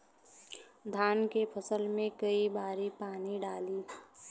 धान के फसल मे कई बारी पानी डाली?